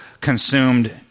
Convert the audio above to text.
consumed